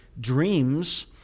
dreams